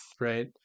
Right